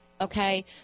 Okay